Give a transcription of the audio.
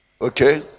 Okay